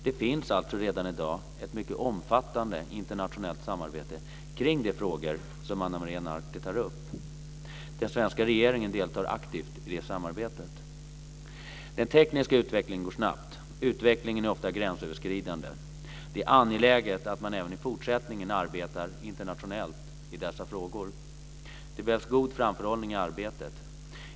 Det finns alltså redan i dag ett mycket omfattande internationellt samarbete kring de frågor som Ana Maria Narti tar upp. Den svenska regeringen deltar aktivt i det samarbetet. Den tekniska utvecklingen går snabbt. Utvecklingen är ofta gränsöverskridande. Det är angeläget att man även i fortsättningen arbetar internationellt i dessa frågor. Det behövs god framförhållning i arbetet.